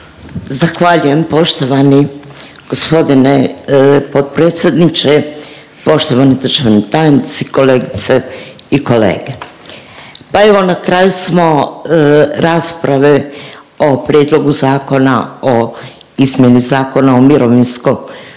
Zahvaljujem poštovani gospodine potpredsjedniče, poštovani državni tajnici, kolegice i kolege. Pa evo na kraju smo rasprave o Prijedlogu zakona o izmjeni Zakona o mirovinskom osiguranju